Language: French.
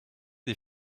des